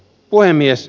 puhemies